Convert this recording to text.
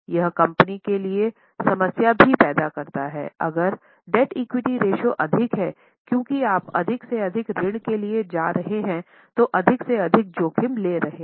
यह कंपनी के लिए समस्या भी पैदा करता है अगर डेब्ट इक्विटी रेश्यो अधिक है क्योंकि आप अधिक से अधिक ऋण के लिए जा रहे हैं तो अधिक से अधिक जोखिम ले रहे हैं